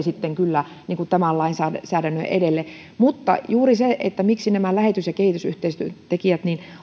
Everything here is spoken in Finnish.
sitten kyllä tämän lainsäädännön edelle mutta se miksi nämä lähetys ja kehitysyhteistyöntekijät